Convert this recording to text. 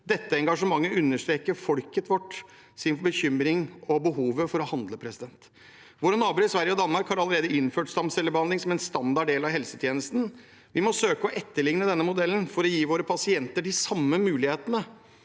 Dette engasjementet understreker vårt folks bekymring og behovet for å handle. Våre naboer i Sverige og Danmark har allerede innført stamcellebehandling som en standard del av helsetjenesten. Vi må søke å etterligne denne modellen for å gi våre pasienter de samme mulighetene.